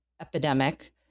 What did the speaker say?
epidemic